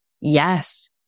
Yes